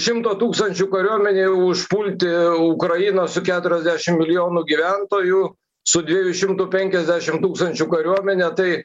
šimto tūkstančių kariuomenei užpulti ukrainą su keturiasdešim milijonu gyventojų su dviejų šimtų penkiasdešim tūkstančių kariuomene tai